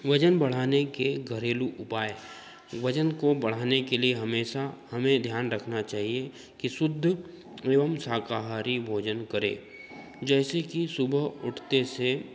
वजन बढ़ाने के घरेलू उपाय वजन को बढ़ाने के लिए हमेशा हमें ध्यान रखना चैहिए कि शुद्ध एवम शाकाहारी भोजन करें जैसे कि सुबह उठते से